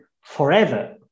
forever